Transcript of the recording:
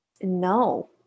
No